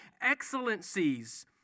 excellencies